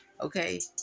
okay